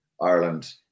Ireland